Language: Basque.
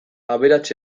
aberats